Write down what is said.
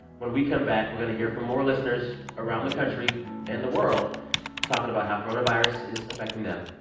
when we come back, we're going to hear from more listeners around the country and the world talking about how coronavirus is affecting them.